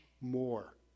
more